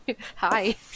hi